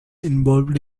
involved